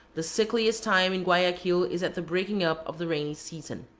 the sickliest time in guayaquil is at the breaking up of the rainy season.